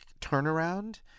turnaround